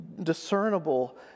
discernible